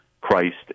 Christ